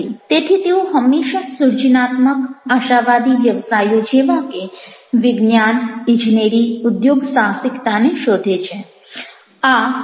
તેથી તેઓ હંમેશા સર્જનાત્મક આશાવાદી વ્યવસાયો જેવા કે વિજ્ઞાન ઇજનેરી ઉદ્યોગસાહસિકતાને શોધે છે